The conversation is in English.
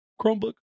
Chromebook